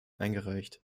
eingereicht